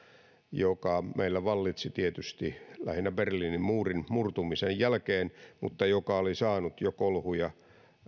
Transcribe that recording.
joka meillä vallitsi tietysti lähinnä berliinin muurin murtumisen jälkeen mutta joka oli saanut jo kolhuja